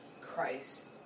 Christ